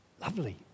Lovely